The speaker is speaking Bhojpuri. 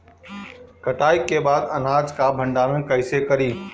कटाई के बाद अनाज का भंडारण कईसे करीं?